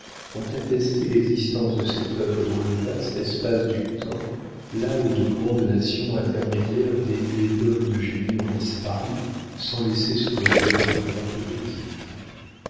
ont attesté l'existence de ces peuples dans le vaste espace du temps là où de grandes nations intermédiaires dénuées d'hommes de génie ont disparu sans laisser sur le globe leur carte de visite